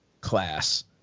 class